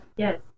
Yes